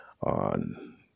on